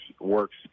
works